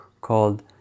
called